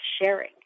sharing